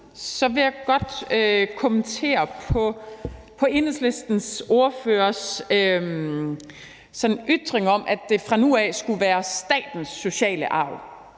vil jeg godt kommentere på Enhedslistens ordførers ytring om, at det fra nu af skulle være statens sociale arv.